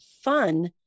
fun